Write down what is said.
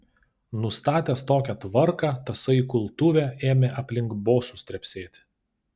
nustatęs tokią tvarką tasai kultuvė ėmė aplink bosus trepsėti